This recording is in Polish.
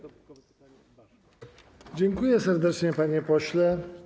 Dziękuję serdecznie, panie pośle.